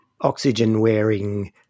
oxygen-wearing